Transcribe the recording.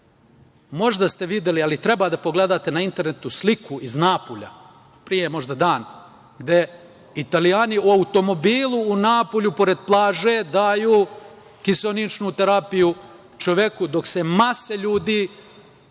Možda ste i videli, ali treba da pogledate na internetu sliku iz Napulja pre jednog dana, gde Italijani u automobilu u Napulju pored plaže daju kiseoničnu terapiju čoveku, dok se masa ljudi